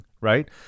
right